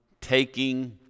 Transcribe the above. taking